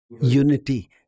unity